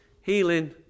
healing